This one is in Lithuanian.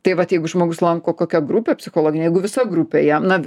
tai vat jeigu žmogus lanko kokia grupė psichologinę jeigu visa grupė jam na